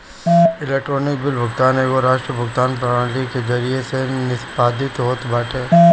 electronic bill भुगतान एगो राष्ट्रीय भुगतान प्रणाली के जरिया से निष्पादित होत बाटे